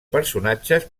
personatges